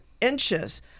inches